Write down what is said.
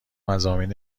مضامین